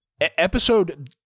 Episode